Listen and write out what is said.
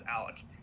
Alec